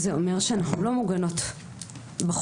זה אומר שאנחנו לא מוגנות בחוק,